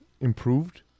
improved